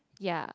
ya